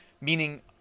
meaning